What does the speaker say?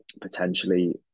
potentially